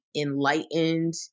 enlightened